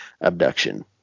abduction